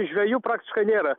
žvejų praktiškai nėra